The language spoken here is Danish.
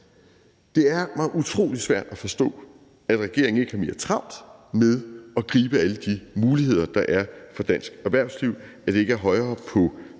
Det er mig utrolig svært at forstå, at regeringen ikke har mere travlt med at gribe alle de muligheder, der er for dansk erhvervsliv, at det ikke er højere på